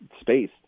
space